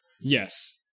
yes